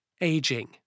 aging